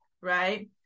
right